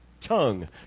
tongue